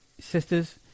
Sisters